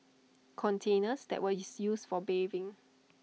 containers that were is used for bathing